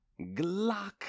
Glock